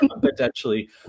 potentially